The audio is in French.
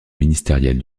ministériel